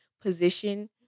position